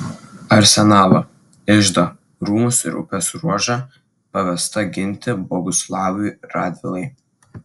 arsenalą iždą rūmus ir upės ruožą pavesta ginti boguslavui radvilai